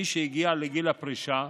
מי שהגיע לגיל הפרישה,